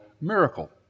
miracle